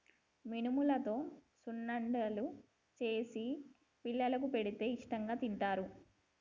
మినుములతో సున్నుండలు చేసి పిల్లలకు పెడితే ఇష్టాంగా తింటారు